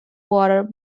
water